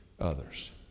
others